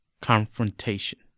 Confrontation